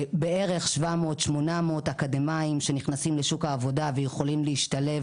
בערך 700 עד 800 אקדמאיים שנכנסים לשוק העבודה יכולים להשתלב